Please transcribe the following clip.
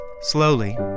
Slowly